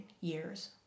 years